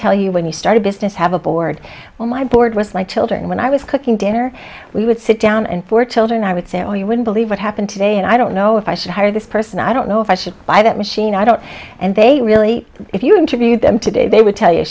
tell you when you start a business have a board well my board was like children when i was cooking dinner we would sit down and for children i would say oh you wouldn't believe what happened today and i don't know if i should hire this person i don't know if i should buy that machine i don't and they really if you interviewed them today they would tell you